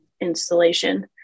installation